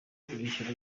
imikino